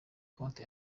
konti